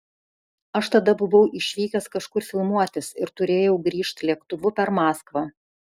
aš tada buvau išvykęs kažkur filmuotis ir turėjau grįžt lėktuvu per maskvą